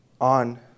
on